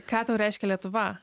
ką tau reiškia lietuva